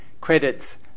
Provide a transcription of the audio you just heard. credits